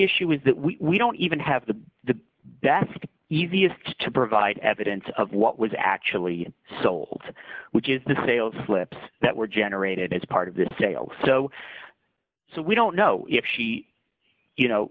issue is that we don't even have the best easiest to provide evidence of what was actually sold which is the sales slips that were generated as part of this sale so so we don't know if she you know